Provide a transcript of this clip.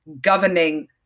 governing